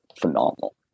phenomenal